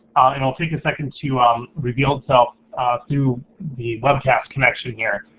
and it'll take a second to um reveal itself through the webcast connection here.